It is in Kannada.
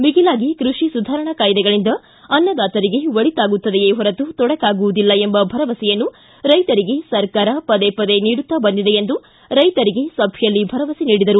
ಮಿಗಿಲಾಗಿ ಕೃಷಿ ಸುಧಾರಣಾ ಕಾಯ್ದೆಗಳಿಂದ ಅನ್ನದಾತರಿಗೆ ಒಳಿತಾಗಿತ್ತದೆಯೇ ಹೊರತು ತೊಡಕಾಗುವುದಿಲ್ಲ ಎಂಬ ಭರವಸೆಯನ್ನು ರೈತರಿಗೆ ಸರ್ಕಾರ ಪದೇ ಪದೇ ನೀಡುತ್ತಾ ಬಂದಿದೆ ಎಂದು ರೈತರಿಗೆ ಸಭೆಯಲ್ಲಿ ಭರವಸೆ ನೀಡಿದರು